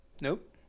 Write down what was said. Nope